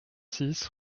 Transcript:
six